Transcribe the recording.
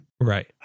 Right